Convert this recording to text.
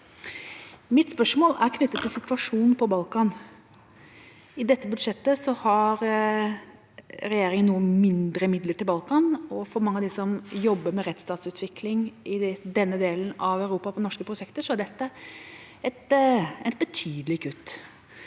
Mitt spørsmål er knyttet til situasjonen på Balkan. I dette budsjettet har regjeringa litt færre midler til Balkan, og for mange av dem som jobber med rettsstatsutvikling i denne delen av Europa på norske prosjekter, er dette et betydelig kutt.